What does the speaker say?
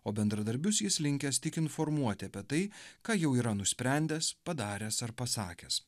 o bendradarbius jis linkęs tik informuoti apie tai ką jau yra nusprendęs padaręs ar pasakęs